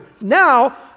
Now